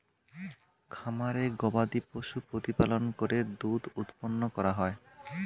খামারে গবাদিপশু প্রতিপালন করে দুধ উৎপন্ন করা হয়